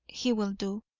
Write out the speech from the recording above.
he will do.